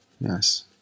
Yes